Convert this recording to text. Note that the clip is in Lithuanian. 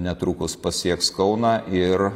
netrukus pasieks kauną ir